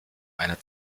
einer